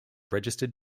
registered